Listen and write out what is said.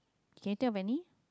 can you think of any